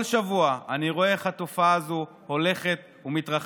כל שבוע אני רואה איך התופעה הזו הולכת ומתרחבת,